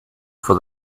for